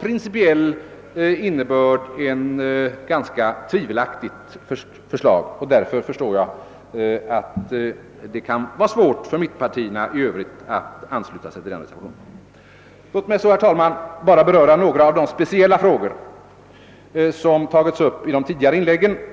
principiellt sett är det ganska tvivelaktigt, och därför förstår jag att dei kan vara svårt för mittenpartierna att ansluta sig till den reservationen. Herr talman! Låt mig bara beröra några av de speciella frågor som tagits upp i de tidigare inläggen.